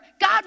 God